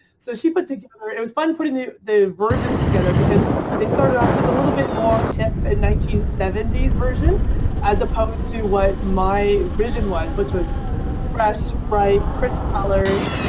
so she puts, it was fun putting the the versions together because they started off just a little bit more hip and nineteen seventy s version as opposed to what my vision was which was fresh, bright, crisp colors,